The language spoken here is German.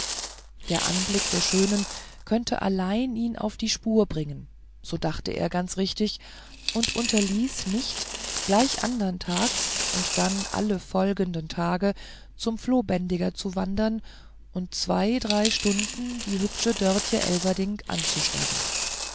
der anblick der schönen könnte allein ihn auf jene spur bringen so dachte er ganz richtig und unterließ nicht gleich andern tages und dann alle folgende tage zum flohbändiger zu wandern und zwei drei stunden die hübsche dörtje elverdink anzustarren